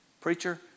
Preacher